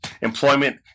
employment